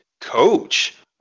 coach